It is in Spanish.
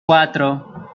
cuatro